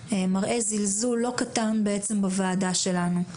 מראה זלזול לא קטן בעצם בוועדה שלנו.